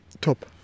top